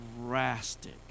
drastic